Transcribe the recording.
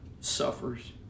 suffers